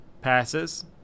passes